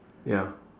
ya